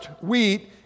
wheat